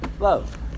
Love